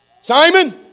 Simon